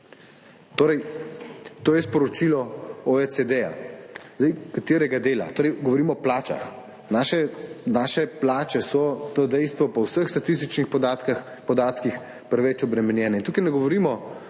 Torej, to je sporočilo OECD. Zdaj, katerega dela? Torej, govorimo o plačah. Naše plače so, to je dejstvo, po vseh statističnih podatkih preveč obremenjene. In tu ne govorimo